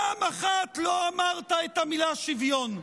פעם אחת לא אמרת את המילה שוויון.